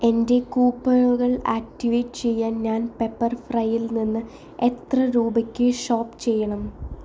എൻ്റെ കൂപ്പണുകൾ ആക്ടിവേറ്റ് ചെയ്യാൻ ഞാൻ പെപ്പർ ഫ്രൈയിൽ നിന്ന് എത്ര രൂപയ്ക്ക് ഷോപ്പ് ചെയ്യണം